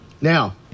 Now